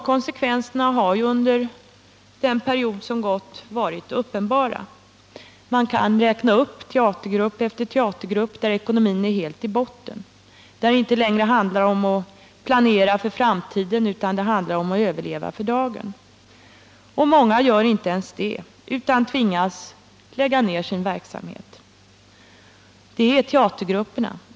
Konsekvenserna under den period som gått har ju varit uppenbara. Man kan räkna upp teatergrupp efter teatergrupp där ekonomin är helt i botten. Det handlar inte längre om att planera för framtiden, utan det handlar om att överleva för dagen. Många gör inte ens det utan tvingas lägga ned sin verksamhet. Detta gäller teatergrupperna.